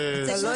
אתה לא יכול.